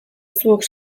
zuok